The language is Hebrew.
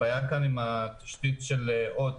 הבעיה עם התשתית של הוט,